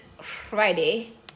Friday